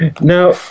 Now